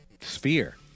sphere